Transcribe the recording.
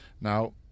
Now